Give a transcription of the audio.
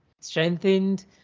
strengthened